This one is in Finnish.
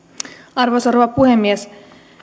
arvoisa rouva puhemies